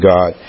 God